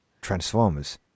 Transformers